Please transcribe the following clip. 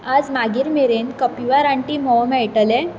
आयज मागीर मेरेन कपिवा रानटी म्होंव मेळटलें